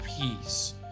peace